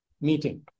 meeting